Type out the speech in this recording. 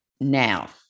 now